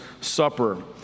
Supper